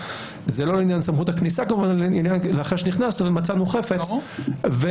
שזה לא לעניין סמכות הכניסה אלא אחרי שנכנסנו ומצאנו חפץ וכמובן